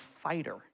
fighter